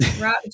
Right